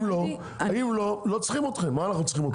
אם לא, לא צריכים אתכם, מה אנחנו צריכים אתכם?